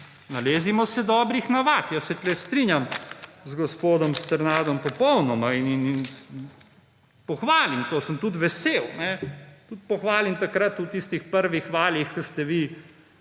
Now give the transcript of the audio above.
»Nalezimo se dobrih navad«, jaz se tu strinjam z gospodom Sternadom, popolnoma, in pohvalim to, sem tudi vesel, tudi pohvalim takrat v tistih prvih valih, ko ste vi